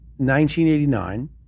1989